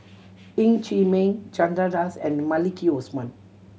Ng Chee Meng Chandra Das and Maliki Osman